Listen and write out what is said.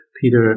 Peter